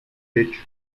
techo